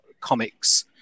comics